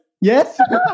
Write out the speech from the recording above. Yes